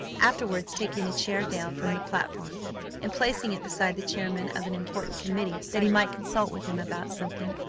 afterwards taking a chair down from the platform and placing it beside the chairman of an important committee that he might consult with him about something.